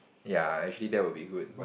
ya actually that will be good but